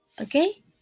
Okay